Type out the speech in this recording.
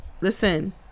Listen